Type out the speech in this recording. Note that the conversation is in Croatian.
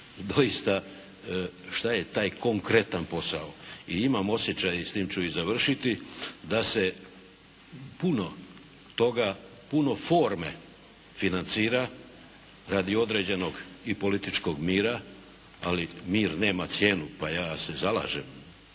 doista šta je taj konkretan posao. I imam osjećaj i s time ću i završiti da se puno toga, puno forme financira radi određenog i političkog mira ali mir nema cijenu pa ja se zalažem